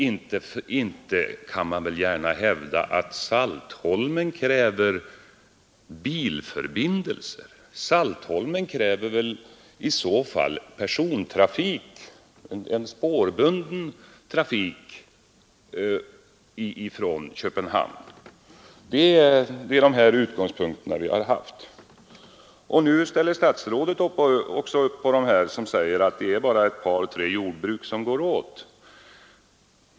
Inte kan man gärna hävda att Saltholm kräver bilförbindelser. Saltholm kräver en spårbunden persontrafik från Köpenhamn. Det är dessa utgångspunkter vi har haft. Nu ställer också statsrådet upp och säger att det bara är ett par tre jordbruk som går åt.